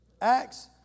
Acts